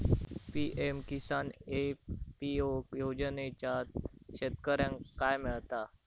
PM Kisan FPO योजनाच्यात शेतकऱ्यांका काय मिळता?